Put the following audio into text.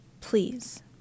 Please